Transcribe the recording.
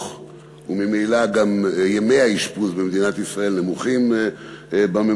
וממילא גם ימי האשפוז במדינת ישראל מעטים בממוצע.